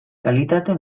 kalitate